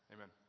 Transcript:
Amen